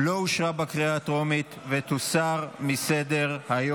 לא אושרה בקריאה הטרומית ותוסר מסדר-היום.